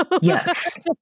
Yes